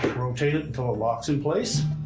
rotate it until it locks in place.